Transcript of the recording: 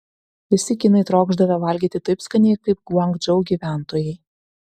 visi kinai trokšdavę valgyti taip skaniai kaip guangdžou gyventojai